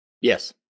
Yes